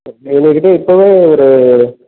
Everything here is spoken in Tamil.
எங்கக்கிட்டே இப்போவே ஒரு